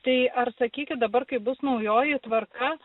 tai ar sakykit dabar kaip bus naujoji tvarka